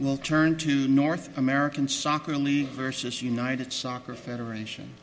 well turn to north american soccer league versus united soccer federation